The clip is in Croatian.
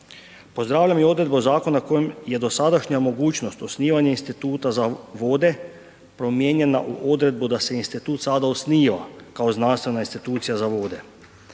Pozdravljam i odredbu zakona kojim je dosadašnja mogućnost osnivanja instituta za vode, promijenjena u odredbu da se institut sada osniva kao znanstvena institucija za vode.